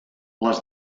les